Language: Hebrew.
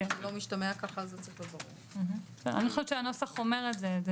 אני חושבת שהנוסח אומר את זה.